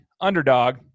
underdog